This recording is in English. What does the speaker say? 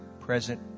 present